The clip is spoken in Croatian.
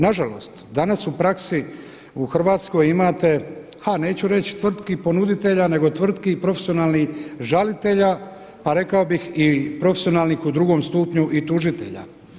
Nažalost danas u praksi u Hrvatskoj imate, ha neću reći tvrtki ponuditelja, nego tvrtki i profesionalnih žalitelja pa rekao bih i profesionalnih u drugom stupnju i tužitelja.